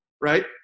Right